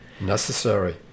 Necessary